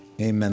amen